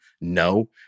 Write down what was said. No